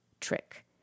trick